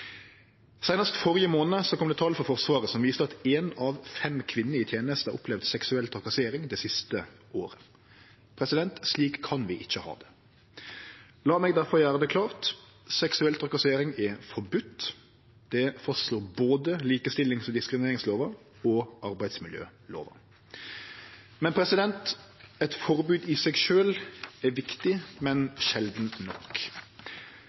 Seinast førre månad kom det tal frå Forsvaret som viste at éin av fem kvinner i teneste har opplevd seksuell trakassering det siste året. Slik kan vi ikkje ha det. La meg difor gjere det klart: Seksuell trakassering er forbode. Det fastslår både likestillings- og diskrimineringslova og arbeidsmiljølova. Eit forbod i seg sjølv er viktig, men sjeldan nok.